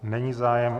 Není zájem.